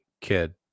kid